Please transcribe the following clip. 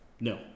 No